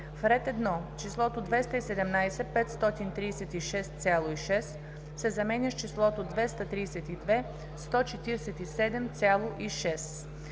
в ред 1. числото „217 536,6“ се заменя с числото „232 147,6“